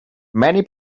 many